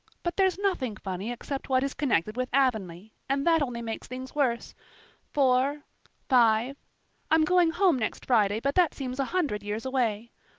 but there's nothing funny except what is connected with avonlea, and that only makes things worse four five i'm going home next friday, but that seems a hundred years away.